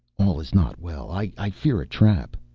all is not well. i fear a trap.